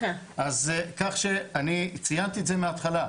כך שאני ציינתי את זה מההתחלה,